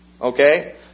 Okay